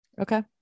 Okay